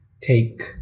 take